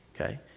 Okay